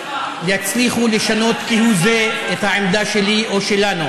יצליחו לשנות כהוא זה את העמדה שלי או שלנו